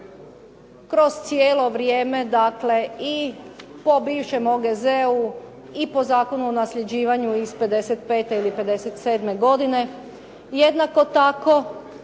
kroz cijelo vrijeme dakle i po bivšem OGZ-u i po Zakonu o nasljeđivanju iz '55. ili '57. godine. jednako tako